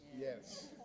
Yes